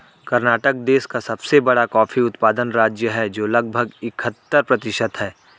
कर्नाटक देश का सबसे बड़ा कॉफी उत्पादन राज्य है, जो लगभग इकहत्तर प्रतिशत है